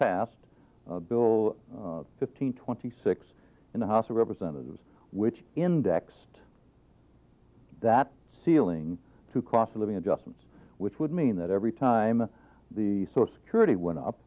passed bill fifteen twenty six in the house of representatives which indexed that ceiling to cost of living adjustment which would mean that every time the source curity went up